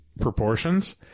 proportions